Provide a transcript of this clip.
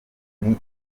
impamo